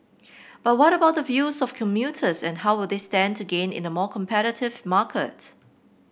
but what about the views of commuters and how will they stand to gain in a more competitive market